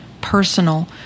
personal